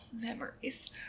Memories